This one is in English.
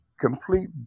complete